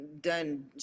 done